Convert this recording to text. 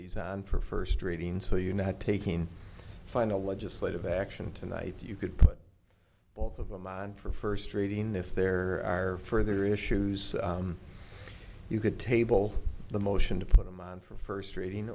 these on for first reading so you know how taking final legislative action tonight you could put both of them on for first reading if there are further issues you could table the motion to put them on for first reading